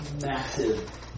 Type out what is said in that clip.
massive